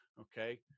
Okay